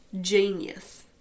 Genius